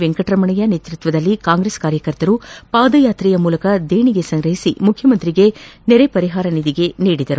ವೆಂಕಟರಮಣಯ್ಯ ನೇತೃತ್ವದಲ್ಲಿ ಕಾಂಗ್ರೆಸ್ ಕಾರ್ಕರ್ತರು ಪಾದಯಾತ್ರೆಯ ಮೂಲಕ ದೇಣಿಗೆ ಸಂಗ್ರಹಿಸಿ ಮುಖ್ಯಮಂತ್ರಿಗೆ ನೆರೆ ಪರಿಹಾರ ನಿಧಿಗೆ ನೀಡಿದರು